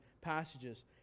passages